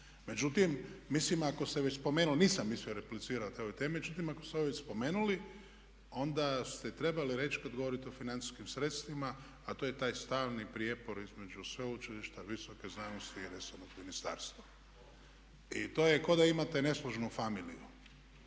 Međutim, mislim ako se već spomenulo, nisam mislio replicirati o ovoj temi. Međutim, ako ste ovdje već spomenuli onda ste trebali reći kad govorite o financijskim sredstvima, a to je taj stalni prijepor između sveučilišta, visoke znanosti i resornog ministarstva. I to je kao da imate nesložnu familiju.